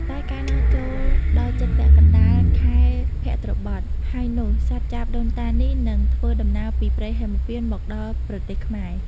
តែកាលណាចូលដល់ជិតពាក់កណ្ដាលខែភទ្របទហើយនោះ សត្វចាបដូនតានេះនឹងធ្វើដំណើរពីព្រៃហេមពាន្តមកដល់ប្រទេសខ្មែរ។